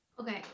Okay